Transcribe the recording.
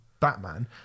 batman